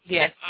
Yes